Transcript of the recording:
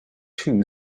two